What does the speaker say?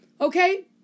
okay